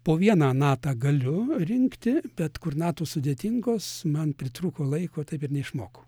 po vieną natą galiu rinkti bet kur natos sudėtingos man pritrūko laiko taip ir neišmokau